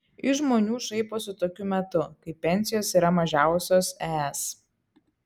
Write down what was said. iš žmonių šaiposi tokiu metu kai pensijos yra mažiausios es